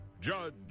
judge